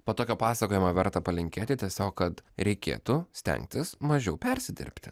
po tokio pasakojimo verta palinkėti tiesiog kad reikėtų stengtis mažiau persidirbti